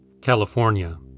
California